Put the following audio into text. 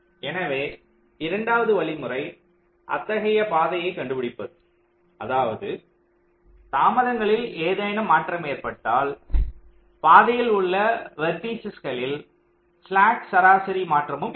எனவே இரண்டாவது வழிமுறை அத்தகைய பாதையை கண்டுபிடிப்பதுஅதாவது தாமதங்களில் ஏதேனும் மாற்றம் ஏற்பட்டால் பாதையில் உள்ள வெர்டிசஸ்களில் ஸ்லாக் சராசரி மாற்றமும் ஏற்படும்